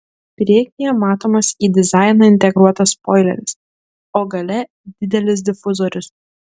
priekyje matomas į dizainą integruotas spoileris o gale didelis difuzorius